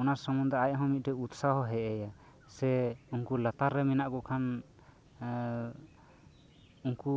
ᱚᱱᱟ ᱥᱚᱢᱵᱚᱱᱫᱷᱮ ᱟᱡ ᱦᱚᱸ ᱩᱛᱥᱟᱦᱚ ᱦᱮᱡ ᱟᱭᱟ ᱥᱮ ᱩᱱᱠᱩ ᱞᱟᱛᱟᱨ ᱨᱮ ᱢᱮᱱᱟᱜ ᱠᱚ ᱠᱷᱟᱱ ᱦᱚᱸ ᱩᱱᱠᱩ